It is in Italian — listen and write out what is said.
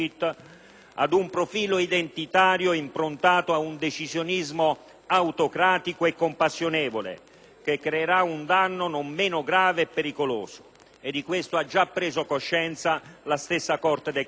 a un profilo identitario improntato a un decisionismo autocratico e compassionevole, che creerà un danno non meno grave e pericoloso. Di ciò ha già preso coscienza la stessa Corte dei conti,